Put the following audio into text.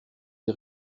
des